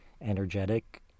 energetic